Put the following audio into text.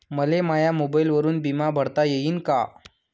मले माया मोबाईलवरून बिमा भरता येईन का?